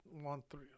one-three